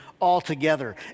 altogether